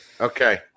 Okay